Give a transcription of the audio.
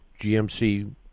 GMC